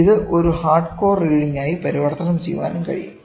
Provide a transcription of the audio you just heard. ഇത് ഒരു hardcore reading ആയി പരിവർത്തനം ചെയ്യാനും കഴിയും